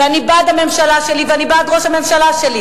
אני בעד הממשלה שלי, ואני בעד ראש הממשלה שלי.